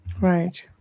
Right